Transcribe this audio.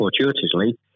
fortuitously